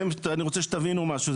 אני רוצה שתבינו משהו,